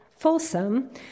Folsom